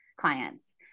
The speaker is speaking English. clients